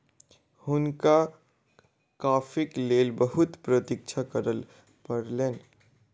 हुनका कॉफ़ीक लेल बहुत प्रतीक्षा करअ पड़लैन